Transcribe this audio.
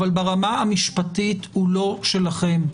אבל ברמה המשפטית הוא לא שלכם,